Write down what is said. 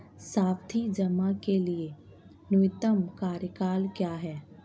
सावधि जमा के लिए न्यूनतम कार्यकाल क्या है?